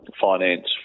finance